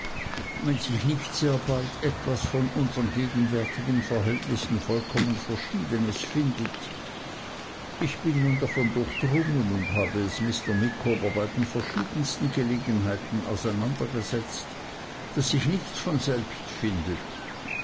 wenn sich nicht sehr bald etwas von unsern gegenwärtigen verhältnissen vollkommen verschiedenes findet ich bin nun davon durchdrungen und habe es mr micawber bei den verschiedensten gelegenheiten auseinandergesetzt daß sich nichts von selber findet